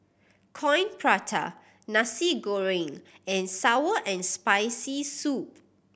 Coin Prata Nasi Goreng and sour and Spicy Soup